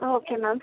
okay ma'am